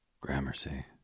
Gramercy